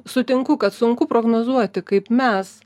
sutinku kad sunku prognozuoti kaip mes